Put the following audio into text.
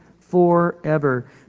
forever